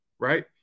right